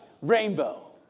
Rainbow